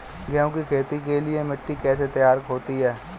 गेहूँ की खेती के लिए मिट्टी कैसे तैयार होती है?